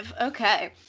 okay